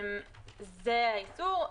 זה האיסור.